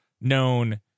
known